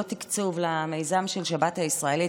לא תקצוב למיזם של שבת ישראלית,